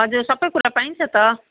हजुर सबै कुरा पाइन्छ त